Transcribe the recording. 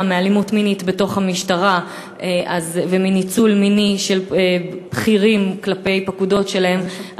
מאלימות מינית בתוך המשטרה ומניצול מיני של בכירים כלפי פקודות שלהם,